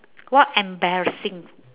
what embarrassing